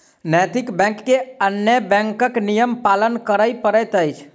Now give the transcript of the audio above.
नैतिक बैंक के अन्य बैंकक नियम पालन करय पड़ैत अछि